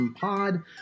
pod